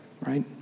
right